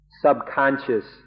subconscious